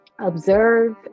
observe